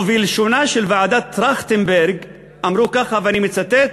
או בלשונה של ועדת טרכטנברג, אמרו ככה, ואני מצטט: